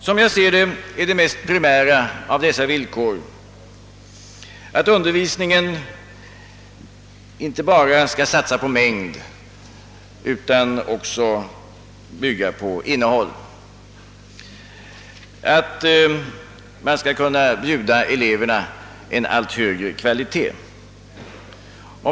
Som jag ser det är det primära av dessa villkor att undervisningen inte bara skall satsa på mängd utan också bygga på innehåll, att eleverna skall bjudas en allt högre kvalitet.